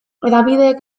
hedabideek